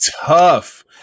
tough